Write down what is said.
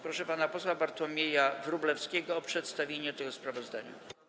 Proszę pana posła Bartłomieja Wróblewskiego o przedstawienie tego sprawozdania.